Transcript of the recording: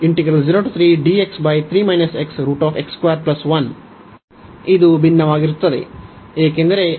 ಏಕೆಂದರೆ ಈ ಅವಿಭಾಜ್ಯ ಇಲ್ಲಿ